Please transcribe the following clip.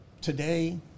Today